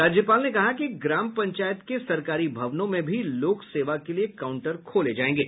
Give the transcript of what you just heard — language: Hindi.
राज्यपाल ने कहा कि ग्राम पंचायत के सरकारी भवनों में भी लोक सेवा के लिए काउंटर खोले जायेंगे